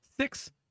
Six